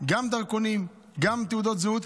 גם דרכונים, גם תעודות זהות,